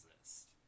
exist